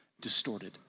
distorted